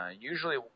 usually